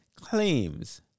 claims